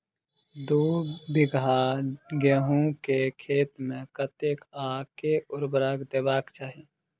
दु बीघा गहूम केँ खेत मे कतेक आ केँ उर्वरक देबाक चाहि?